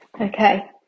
Okay